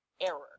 error